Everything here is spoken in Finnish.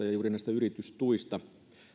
juuri näistä yritystuista